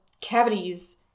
cavities